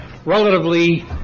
Relatively